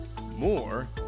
More